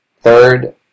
third